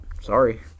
sorry